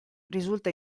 risulta